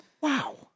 wow